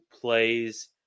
plays